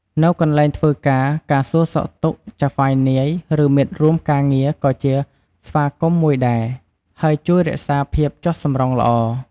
នៅកន្លែងធ្វើការ ការសួរសុខទុក្ខចៅហ្វាយនាយ ឬមិត្តរួមការងារក៏ជាស្វាគមន៍មួយដែរ ហើយជួយរក្សាភាពចុះសម្រុងល្អ។